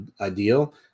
ideal